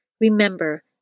Remember